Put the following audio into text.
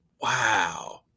Wow